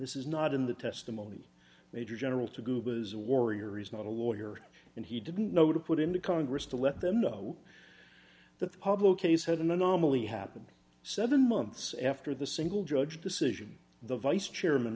this is not in the testimony major general taguba is a warrior he's not a lawyer and he didn't know to put him to congress to let them know that the public case had an anomaly happened seven months after the single judge decision the vice chairman